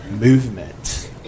movement